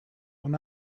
when